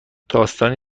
داستانی